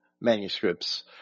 manuscripts